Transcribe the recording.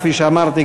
כפי שאמרתי,